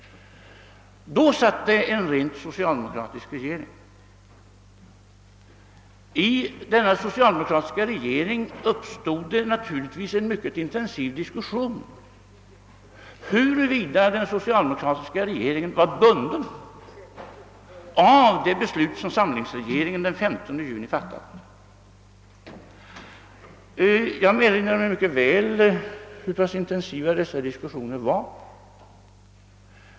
Då satt det en rent socialdemokratisk regering. I denna uppstod naturligtvis en mycket intensiv diskussion huruvida den var bunden av det beslut som samlingsregeringen fattat den 15 juni. Jag erinrar mig mycket väl hur intensiv diskussionen var.